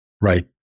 right